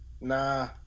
Nah